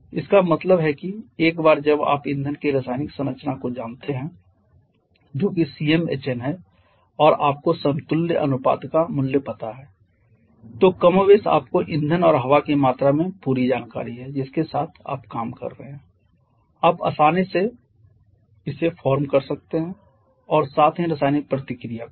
इसका मतलब है कि एक बार जब आप ईंधन की रासायनिक संरचना को जानते हैं जो कि CmHn है और आपको समतुल्य अनुपात का मूल्य पता है तो कमोबेश आपको ईंधन और हवा की मात्रा के बारे में पूरी जानकारी है जिसके साथ आप काम कर रहे हैं आप आसानी से फार्म कर सकते हैं और साथ ही रासायनिक प्रतिक्रिया को भी